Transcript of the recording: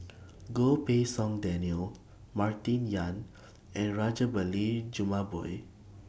Goh Pei Siong Daniel Martin Yan and Rajabali Jumabhoy